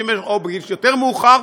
או בגיל 60 או בגיל יותר מאוחר,